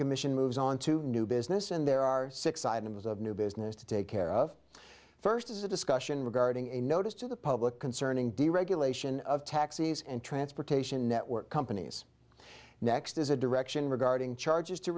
commission moves on to new business and there are six items of new business to take care of first as a discussion regarding a notice to the public concerning deregulation of taxis and transportation network companies next is a direction regarding charges to